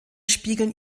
spiegeln